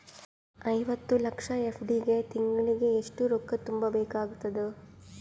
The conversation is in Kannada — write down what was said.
ಐವತ್ತು ಲಕ್ಷ ಎಫ್.ಡಿ ಗೆ ತಿಂಗಳಿಗೆ ಎಷ್ಟು ರೊಕ್ಕ ತುಂಬಾ ಬೇಕಾಗತದ?